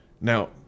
Now